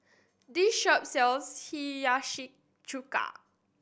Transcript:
this shop sells Hiyashi Chuka